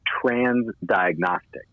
trans-diagnostic